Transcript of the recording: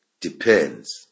depends